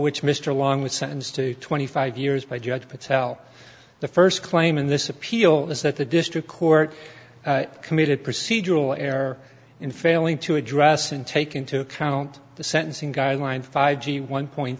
which mr along with sentenced to twenty five years by judge patel the first claim in this appeal is that the district court committed procedural error in failing to address and take into account the sentencing guidelines five g one point